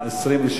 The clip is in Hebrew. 27,